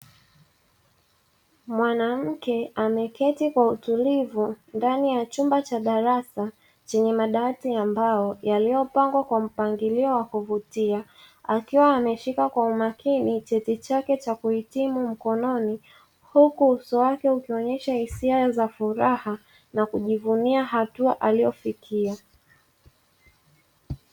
Mwanamke ameketi kwa utulivu ndani ya chumba cha darasa chenye madawati ya mbao yaliyopangwa kwa mpangilio wakuvutia, akiwa ameshika kwa umakini cheti chake cha kuhitimu mkononi, huku uso wake ukionyesha hisia za furaha na kujivunia hatua aliyofikia.